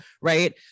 right